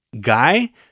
guy